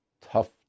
tough